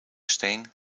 steen